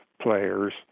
players